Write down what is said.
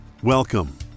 Welcome